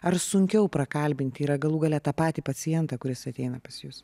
ar sunkiau prakalbinti ir galų gale tą patį pacientą kuris ateina pas jus